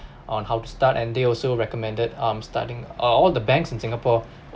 on how to start and they also recommended um studying uh all the banks in singapore